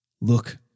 Look